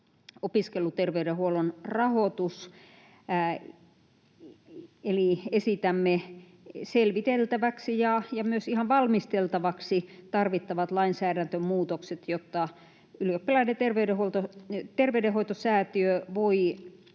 opiskeluterveydenhuollon rahoitus. Eli esitämme selviteltäväksi ja myös ihan valmisteltavaksi tarvittavat lainsäädäntömuutokset, jotta Ylioppilaiden terveydenhoitosäätiö voi